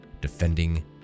defending